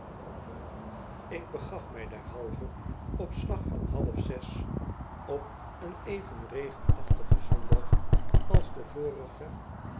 ik begaf mij derhalve op slag van half zes op een even regenachtigen zondagavond als de vorige